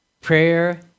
prayer